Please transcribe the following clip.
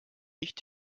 nicht